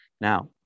Now